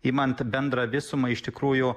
imant bendrą visumą iš tikrųjų